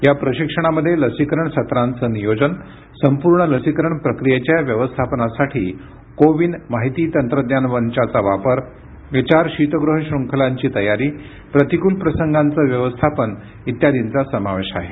या प्रशिक्षणामध्ये लसीकरण सत्रांचं नियोजन संपूर्ण लसीकरण प्रक्रियेच्या व्यवस्थापनासाठी को विन माहिती तंत्रज्ञान मंचाचा वापर विचार शीतगृह श्रुंखलांची तयारी प्रतिकूल प्रसंगांचं व्यवस्थापन इत्यादिंचा समावेश आहे